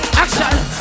action